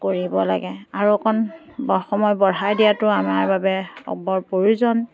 কৰিব লাগে আৰু অকণ ব সময় বঢ়াই দিয়াটো আমাৰ বাবে বৰ প্ৰয়োজন